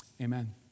Amen